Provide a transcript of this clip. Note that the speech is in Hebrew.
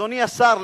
אדוני השר,